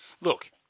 Look